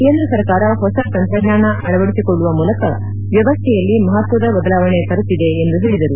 ಕೇಂದ್ರ ಸರ್ಕಾರ ಹೊಸ ತಂತ್ರಜ್ಞಾನ ಅಳವಡಿಸಿಕೊಳ್ಳುವ ಮೂಲಕ ವ್ಯವಸ್ಥೆಯಲ್ಲಿ ಮಹತ್ವದ ಬದಲಾವಣೆ ತರುತ್ತಿದೆ ಎಂದು ಹೇಳಿದರು